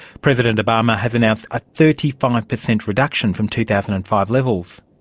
president obama has announced a thirty five um like percent reduction from two thousand and five levels.